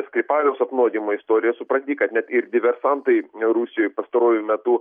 skripaliaus apnuodijimo istoriją supranti kad net ir diversantai rusijoj pastaruoju metu